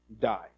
die